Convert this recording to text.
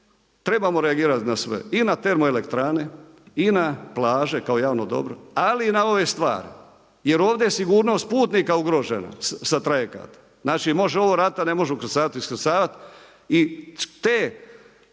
trebamo reagirati na sve i na termoelektrane i na plaže, kao javno dobro, ali i na ove stvari. Jer ovdje je sigurnost putnika ugrožena sa trajekata, znači može ovo raditi a ne može ukrcavati i iskrcavati i te